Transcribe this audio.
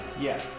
Yes